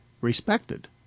respected